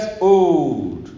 old